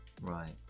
Right